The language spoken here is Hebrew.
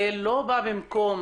זה לא בא במקום